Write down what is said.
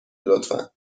لطفا